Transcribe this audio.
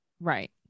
Right